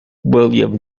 william